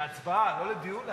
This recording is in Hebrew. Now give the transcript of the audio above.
להצבעה, לא לדיון.